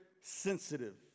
sensitive